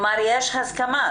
יש הסכמה,